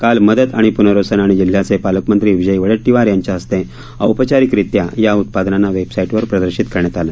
काल मदत आणि प्नर्वसन आणि जिल्ह्याचे पालकमंत्री विजय वडेट्टीवार यांच्या हस्ते औपचारिकरित्या या उत्पादनांना वेबसाईटवर प्रदर्शित करण्यात आलं